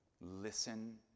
Listen